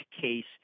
case